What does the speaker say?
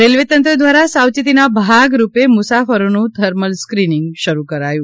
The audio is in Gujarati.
રેલ્વે તંત્ર દ્વારા સાવચેતીના ભાગરૂપે મુસાફરોનું થર્મલ સ્ક્રિનીંગ શરૂ કરાયું